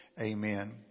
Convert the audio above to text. Amen